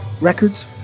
Records